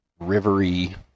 rivery